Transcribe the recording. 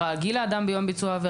גיל האדם ביום ביצוע העבירה,